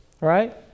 right